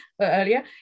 earlier